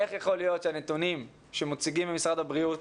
איך יכול להיות שהנתונים שמוצגים במשרד הבריאות